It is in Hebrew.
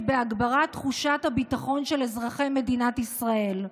בהגברת תחושת הביטחון של אזרחי מדינת ישראל.